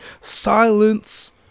silence